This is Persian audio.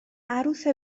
عروس